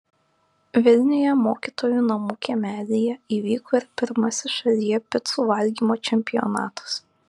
vilniuje mokytojų namų kiemelyje įvyko ir pirmasis šalyje picų valgymo čempionatas